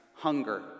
Hunger